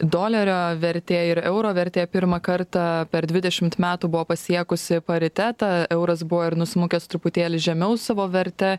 dolerio vertė ir euro vertė pirmą kartą per dvidešimt metų buvo pasiekusi paritetą euras buvo ir nusmukęs truputėlį žemiau savo verte